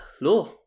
Law